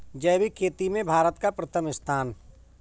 जैविक खेती में भारत का प्रथम स्थान